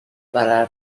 para